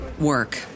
work